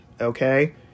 okay